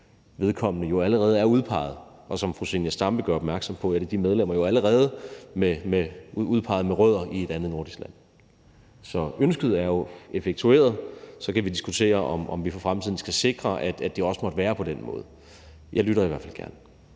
vedkommende allerede er udpeget, og som fru Zenia Stampe gør opmærksom på, er de medlemmer med rødder i et andet nordisk land jo allerede udpeget. Så ønsket er effektueret, og så kan vi diskutere, om vi for fremtiden skal sikre, at det også måtte være på den måde. Jeg lytter i hvert fald gerne